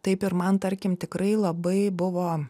taip ir man tarkim tikrai labai buvo